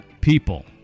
people